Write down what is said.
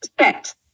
set